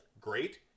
great